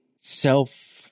self